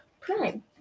prime